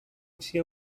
все